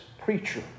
preacher